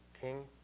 King